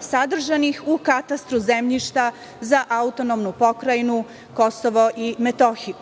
sadržanih u katastru zemljišta za AP Kosovo i Metohiju?